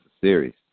series